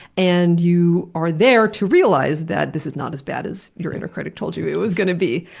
and you are there to realize that this is not as bad as your inner critic told you it was going to be.